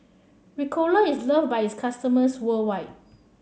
Ricola is loved by its customers worldwide